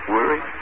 Worry